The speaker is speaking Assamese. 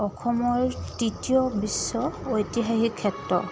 অসমৰ তৃতীয় বিশ্ব ঐতিহাসিক ক্ষেত্ৰ